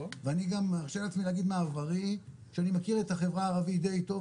ואני גם מרשה לעצמי להגיד מעברי שאני מכיר את החברה הערבית די טוב,